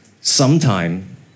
sometime